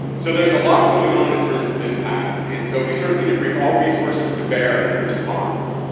so there's a lot going on in terms of impact. and so we sort of need to bring all resources to bear in response.